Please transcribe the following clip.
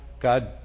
God